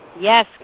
Yes